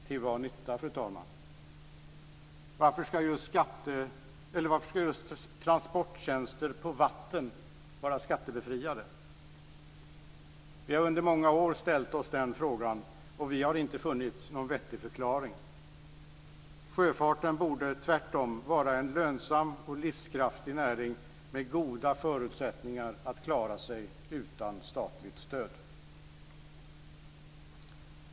Till vad nytta, fru talman? Varför ska just transporttjänster på vatten vara skattebefriade? Vi har under många år ställt oss den frågan, och vi har inte funnit någon vettig förklaring. Sjöfarten borde tvärtom vara en lönsam och livskraftig näring med goda förutsättningar att klara sig utan statligt stöd.